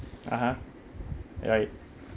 (uh huh) right